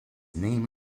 name